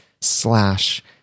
slash